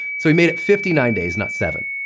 so he made it fifty nine days, not seven.